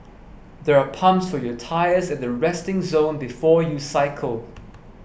there are pumps for your tyres at the resting zone before you cycle